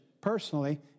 personally